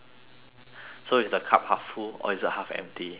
so is the cup half full or is it half empty what is it